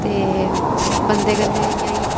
ते बंदे कन्नै इ'यां इयां